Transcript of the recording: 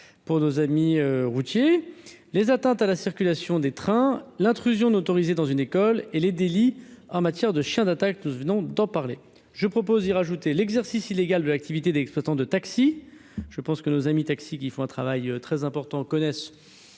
pour nos amis routiers les atteintes à la circulation des trains, l'intrusion non autorisée dans une école et les délits en matière de chiens d'attaque, nous venons d'en parler, je propose y rajouter l'exercice illégal de l'activité d'exploitant de taxi, je pense que nos amis taxis qui font un travail très important connaissent